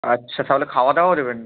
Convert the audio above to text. আচ্ছা তাহলে খাওয়া দাওয়া দেবেন